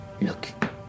Look